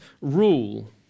rule